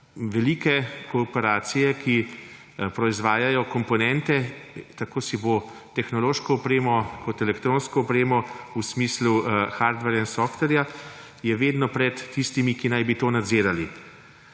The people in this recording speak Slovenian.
Velike korporacije, ki proizvajajo komponente, tako tehnološko opremo kot elektronsko opremo v smislu hardvare, softvara, je vedno pred tistimi, ki naj bi to nadzirali.